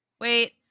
wait